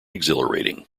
exhilarating